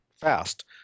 fast